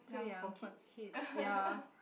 too young for the kids ya